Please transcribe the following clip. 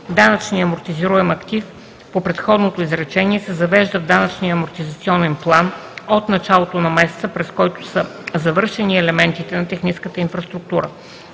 Данъчният амортизируем актив по предходното изречение се завежда в данъчния амортизационен план от началото на месеца, през който са завършени елементите на техническата инфраструктура.